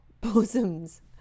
bosoms